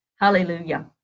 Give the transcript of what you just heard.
Hallelujah